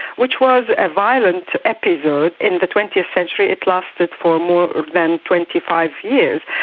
which was a violent episode in the twentieth century. it lasted for more than twenty five years,